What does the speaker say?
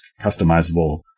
customizable